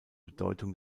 bedeutung